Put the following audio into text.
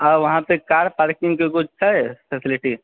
आओर वहाँ पर कार पार्किंगके किछु छै फैसलिटी